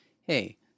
Hey